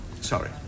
Sorry